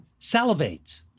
salivates